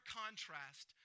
contrast